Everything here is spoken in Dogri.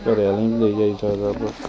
घरैं आह्लै बी लेई जाई सकदा